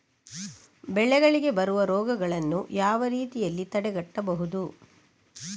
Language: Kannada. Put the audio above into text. ಬೆಳೆಗಳಿಗೆ ಬರುವ ರೋಗಗಳನ್ನು ಯಾವ ರೀತಿಯಲ್ಲಿ ತಡೆಗಟ್ಟಬಹುದು?